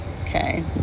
Okay